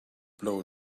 blow